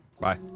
Bye